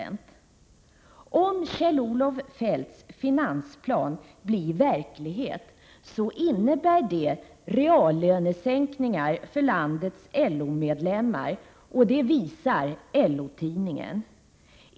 Om Kjell-Olof Feldts finansplan blir verklighet, innebär det reallönesänkningar för landets LO-medlemmar och det visar LO-tidningen.